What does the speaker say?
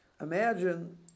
Imagine